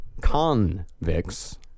convicts